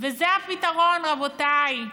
וזה הפתרון, רבותיי,